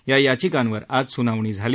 या याचिकांवर आज स्नावणी झाली